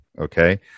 Okay